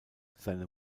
seine